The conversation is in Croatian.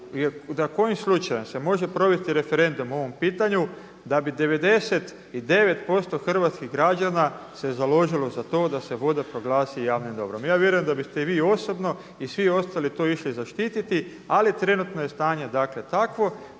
da kojim slučajem se može provesti referendum o ovom pitanju da bi 99% hrvatskih građana se založilo za to da se voda proglasi javnim dobrom. Ja vjerujem da biste i vi osobno i svi ostali to išli zaštititi, ali trenutno je stanje takvo